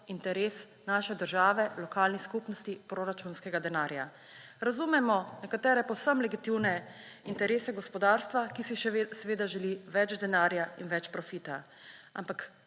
interes naše države, lokalnih skupnosti, proračunskega denarja. Razumemo nekatere povsem legitimne interese gospodarstva, ki si seveda želi še več denarja in več profita, ampak